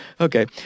Okay